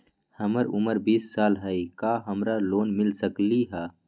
हमर उमर बीस साल हाय का हमरा लोन मिल सकली ह?